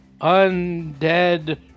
undead